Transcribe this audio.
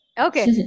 Okay